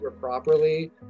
properly